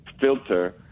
filter